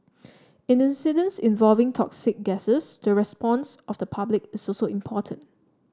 in the incidents involving toxic gases the response of the public is also important